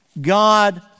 God